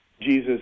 jesus